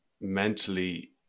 mentally